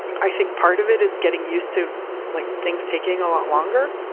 i think part of it is getting used to like things taking a lot longer,